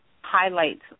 highlights